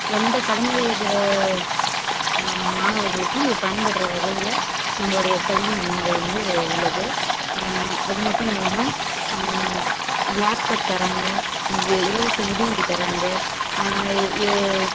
எந்த கடனில் இருக்கிற மாணவர்களுக்கும் இது பயன்படுகிற வகையில் நம்மளுடைய கல்விமுறை வந்து உள்ளது அது மட்டும் இல்லாமல் லேப்டாப் தராங்க இலவச மிதிவண்டி தராங்க